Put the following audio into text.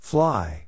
Fly